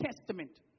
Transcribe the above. Testament